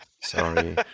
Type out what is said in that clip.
Sorry